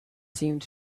seemed